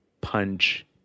punch